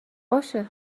باشه